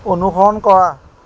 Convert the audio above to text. অনুসৰণ কৰা